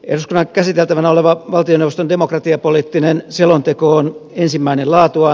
eduskunnan käsiteltävänä oleva valtioneuvoston demokratiapoliittinen selonteko on ensimmäinen laatuaan